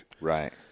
Right